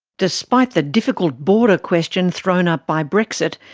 despite the difficult border question thrown up by brexit,